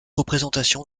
représentation